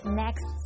next